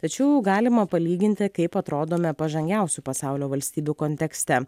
tačiau galima palyginti kaip atrodome pažangiausių pasaulio valstybių kontekste